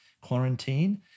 quarantine